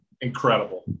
incredible